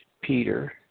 Peter